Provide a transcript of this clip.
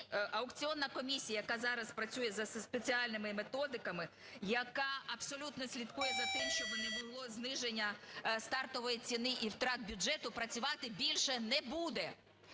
аукціонна комісія, яка зараз працює за спеціальними методиками, яка абсолютно слідкує за тим, щоби не було зниження стартової ціни і втрат бюджету, працювати більше не буде.